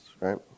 right